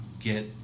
get